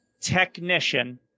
technician